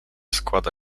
składa